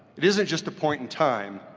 it isn't just a point in time,